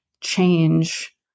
change